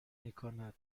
میکند